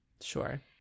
Sure